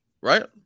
right